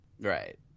right